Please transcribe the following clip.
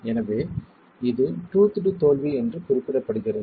எனவே இது டூத்ட் தோல்வி என்று குறிப்பிடப்படுகிறது